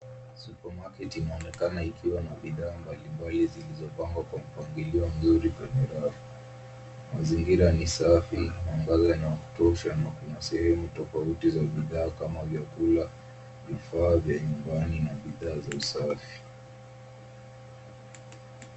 Supamarket inaonekana ikiwa na bidhaa mbalimbali, zilizopangwa kwa mpangilio mzuri kwenye rafu. Mazingira ni safi, na mwangaza ni wa kutosha na kuna sehemu tofauti za bidhaa kama vyakula, vifaa vya nyumbani na bidhaa za usafi.